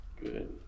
Good